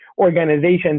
organizations